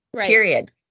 period